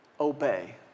obey